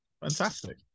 Fantastic